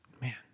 Man